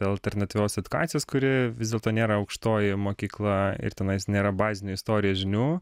alternatyvios edukacijos kuri vis dėlto nėra aukštoji mokykla ir tenais nėra bazinių istorijos žinių